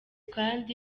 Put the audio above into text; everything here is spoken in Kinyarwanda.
kandi